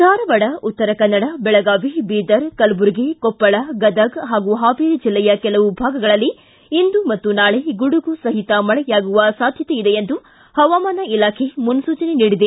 ಧಾರವಾಡ ಉತ್ತರಕನ್ನಡ ಬೆಳಗಾವಿ ಬೀದರ್ ಕಲಬುರರ್ಗಿ ಕೊಪ್ಪಳ ಗದಗ್ ಹಾಗೂ ಹಾವೇರಿ ಜಿಲ್ಲೆಯ ಕೆಲವು ಭಾಗಗಳಲ್ಲಿ ಇಂದು ಮತ್ತು ನಾಳೆ ಗುಡುಗು ಸಹಿತ ಮಳೆಯಾಗುವ ಸಾಧ್ಯತೆಯಿದೆ ಎಂದು ಹವಾಮಾನ ಇಲಾಖೆ ಮುನ್ಸೂಚನೆ ನೀಡಿದೆ